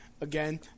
again